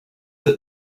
that